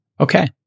Okay